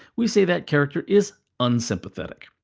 we say that character is unsympathetic.